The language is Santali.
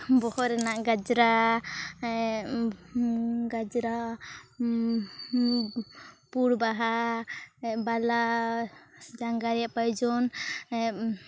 ᱵᱚᱦᱚᱜ ᱨᱮᱱᱟᱜ ᱜᱟᱡᱽᱨᱟ ᱜᱟᱡᱽᱨᱟ ᱯᱩᱲ ᱵᱟᱦᱟ ᱵᱟᱞᱟ ᱡᱟᱸᱜᱟ ᱨᱮᱭᱟᱜ ᱯᱟᱹᱭᱡᱚᱱ